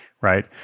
right